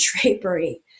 drapery